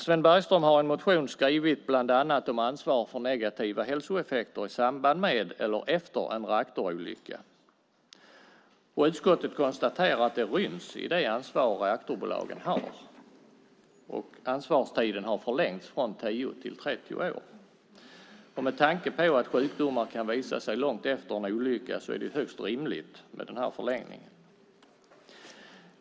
Sven Bergström har i en motion skrivit bland annat om ansvar för negativa hälsoeffekter i samband med eller efter en reaktorolycka. Utskottet konstaterar att det ryms i det ansvar reaktorbolagen har, och ansvarstiden har förlängts från 10 till 30 år. Med tanke på att sjukdomar kan visa sig långt efter en olycka är det högst rimligt med denna förlängning.